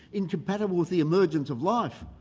incompatible with the emergence of life.